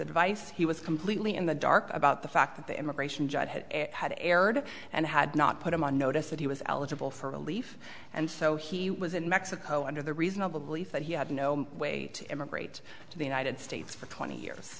advice he was completely in the dark about the fact that the immigration judge had erred and had not put him on notice that he was eligible for relief and so he was in mexico under the reasonable belief that he had no way to emigrate to the united states for twenty years